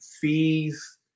fees